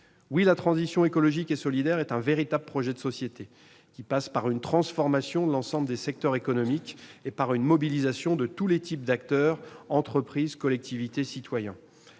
». La transition écologique et solidaire est un véritable projet de société, qui passe par une transformation de l'ensemble des secteurs économiques et par une mobilisation de tous les types d'acteurs : entreprises, collectivités, citoyens.